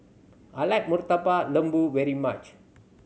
I like Murtabak Lembu very much